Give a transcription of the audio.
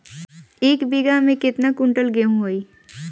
एक बीगहा में केतना कुंटल गेहूं होई?